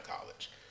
college